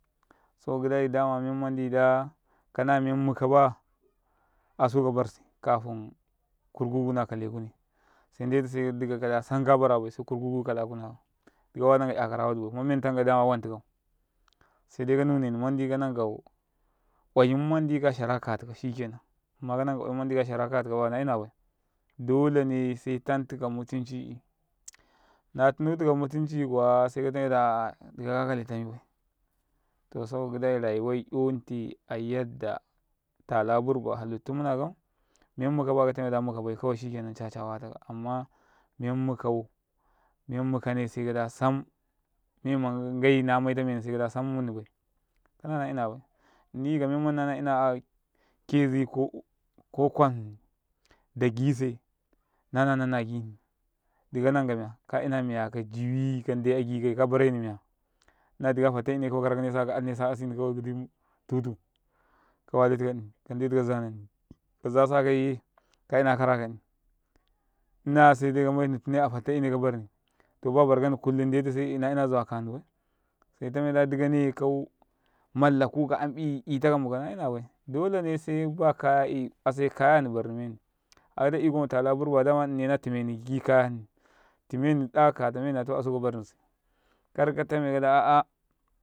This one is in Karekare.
﻿Saboda ɡidai dama men manɗi da kana memmuka baya asu kabarsi kafun kurkuku na kale kune sendetuda duka san kabarabai se karkuku kala kuna kau dika kuwa ka nan ka 'yakara wadibai kuma mentakau dama wan tikau sai dai ka timeni manɗi kanankau oyum mandi ka shara ka tikau shikenan amma kanan ka oyum manɗi kashara katika baya shikenan ɗolane se tan tika mutumci natunutika mutunci kuwa se katameda a'a dika ka kale tamibai to saboka ɡidai rayuwai 'yonte a yaɗɗa tala burba hali muna kau menmuka baya katameɗa mukaibai kawai shikenan caca waya takau amma men mukau men mukane se kaɗa sam nɡai na mayata meni se kada sam munibai kana naina bai hni kamenamanɗi nana ina akeze ko kwam daɡise nana nanna aɡimi ɗiɡa kananka miya ka ina miya kaduyi ndai aɡikai kabareni miya nnadi kau afattaine karak nesa kaka asnesaka asini ɡiɗi tutu ka ndetu ka zanani kaza sataiye ka ina kara kani ba barkanni kullum nde tu na 'yina ნawa akahni bai se tameɗa dikane kau mallakuka amნi 'yutaka mukauna ina bai dolene se bakayai ase kayai barni meni akata iko matala burba dama ɗinine na timeni ɡi kayani tumeni ɗa kata meniya ta asu kabarni meni karkatame kada a'a.